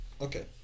Okay